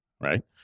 right